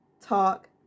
talk